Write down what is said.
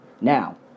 Now